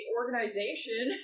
organization